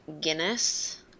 Guinness